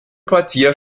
quartier